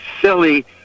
silly